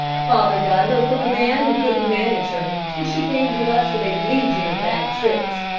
father got her from a man who couldn't manage her, and she came to us with a legion of bad tricks.